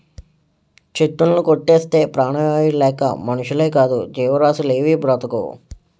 చెట్టులుని కొట్టేస్తే ప్రాణవాయువు లేక మనుషులేకాదు జీవరాసులేవీ బ్రతకవు